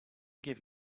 give